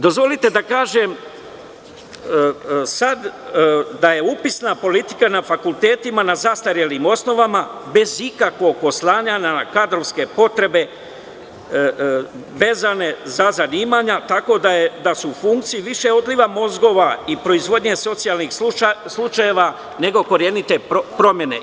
Dozvolite da kažem sada da je upisna politika na fakultetima na zastarelim osnovama, bez ikakvog oslanjanja na kadrovske potrebe vezane za zanimanja, tako da je u funkciji više odliva mozgova i proizvodnje socijalne slučajeva nego korenite promene.